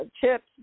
chips